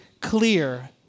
clear